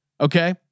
Okay